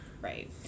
right